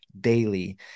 daily